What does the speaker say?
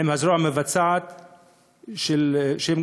עם הזרוע המבצעת של קופות-החולים,